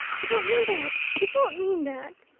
you don't mean that, you don't mean that?